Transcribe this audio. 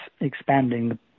expanding